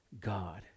God